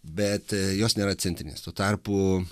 bet jos nėra centrinės tuo tarpu